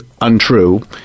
untrue